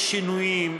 יש שינויים.